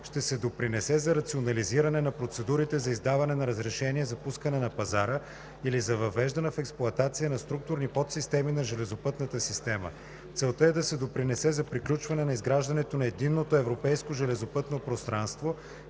ще се допринесе за рационализиране на процедурите за издаване на разрешение за пускане на пазара или за въвеждане в експлоатация на структурни подсистеми на железопътната система. Целта е да се допринесе за приключване на изграждането на